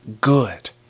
good